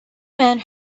men